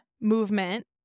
movement